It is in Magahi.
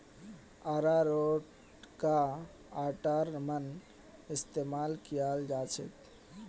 अरारोटका आटार मन इस्तमाल कियाल जाछेक